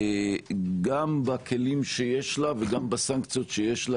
גם בכלים שיש לה וגם בסנקציות שיש לה